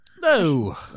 No